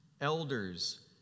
elders